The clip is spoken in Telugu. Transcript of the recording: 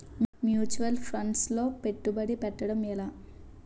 ముచ్యువల్ ఫండ్స్ లో పెట్టుబడి పెట్టడం ఎలా?